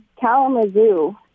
Kalamazoo